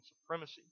supremacy